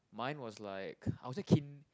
mine was like I'll say kiN~